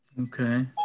Okay